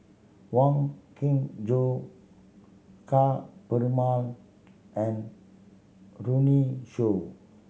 Wong Kin Jong Ka Perumal and Runme Shaw